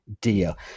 deal